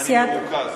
אני מרוכז.